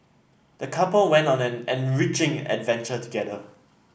the couple went on an enriching adventure together